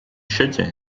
счете